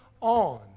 on